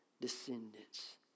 descendants